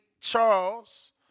Charles